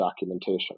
documentation